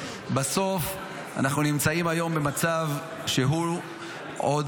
בסוף אנחנו נמצאים היום במצב שהוא עוד